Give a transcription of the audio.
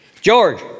george